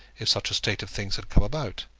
if such a state of things had come about.